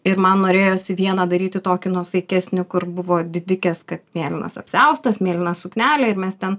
ir man norėjosi vieną daryti tokį nuosaikesnį kur buvo didikės kad mėlynas apsiaustas mėlyna suknelė ir mes ten